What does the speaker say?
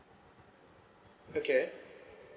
okay